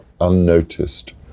unnoticed